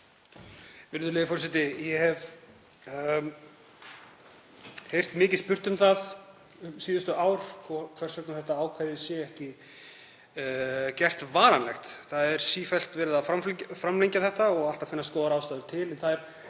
Virðulegi forseti. Ég hef heyrt mikið spurt um það síðustu ár hvers vegna þetta ákvæði sé ekki gert varanlegt. Það er sífellt verið að framlengja þetta og alltaf finnast góðar ástæður til